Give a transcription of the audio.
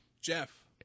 Jeff